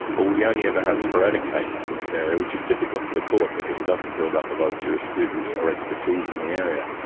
well, we only ever have sporadic cases in this area, which is difficult for the court because it doesn't build up a lot of jurisprudence or expertise in the area.